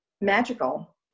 magical